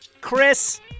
Chris